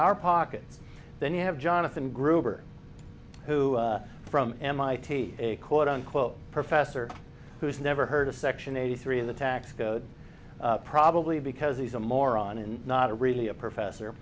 our pocket then you have jonathan gruber who from mit a quote unquote professor who's never heard of section eighty three of the tax code probably because he's a moron and not really a professor